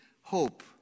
hope